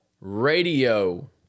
radio